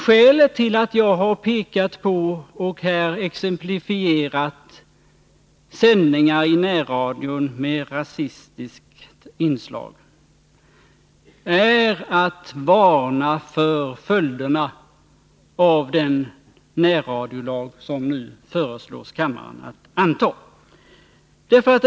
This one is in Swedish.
Skälet till att jag har pekat på och här exemplifierat sändningar i närradion med rasistiskt inslag är att jag har velat varna för följderna av den närradiolag som nu föreslås kammaren att anta.